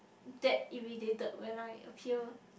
that irritated when I appear